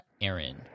Aaron